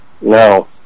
No